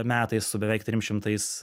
metais su beveik trim šimtais